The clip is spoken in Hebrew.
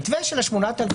המתווה של ה-8,000,